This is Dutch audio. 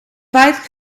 vijf